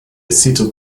acetyl